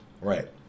right